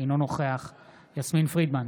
אינו נוכח יסמין פרידמן,